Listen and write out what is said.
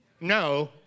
No